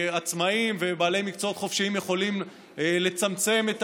עצמאים ובעלי מקצועות חופשיים יכולים לצמצם את